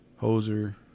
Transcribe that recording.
hoser